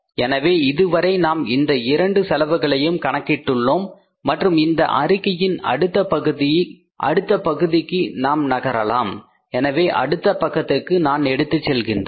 எனவே இதுவரை நாம் இந்த இரண்டு செலவுகளையும் கணக்கிட்டுள்ளோம் மற்றும் இந்த அறிக்கையின் அடுத்த பகுதிக்கு நாம் நகரலாம் எனவே அடுத்த பக்கத்துக்கு நான் எடுத்துச் செல்கிறேன்